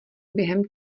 během